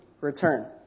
return